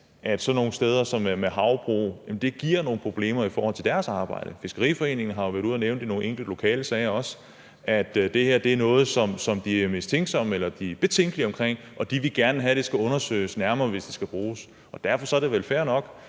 med havbrug giver nogle problemer i forhold til deres arbejde. Fiskeriforeningen har været ude at nævne det, også nogle enkelte lokale sager, altså at det her er noget, som de er betænkelige ved, og at de gerne vil have, at det skal undersøges nærmere, hvis det skal bruges. Og derfor er det vel fair nok,